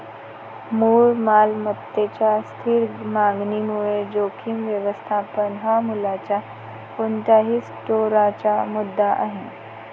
मूळ मालमत्तेच्या स्थिर मागणीमुळे जोखीम व्यवस्थापन हा मूल्याच्या कोणत्याही स्टोअरचा मुद्दा आहे